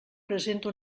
presenta